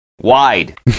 Wide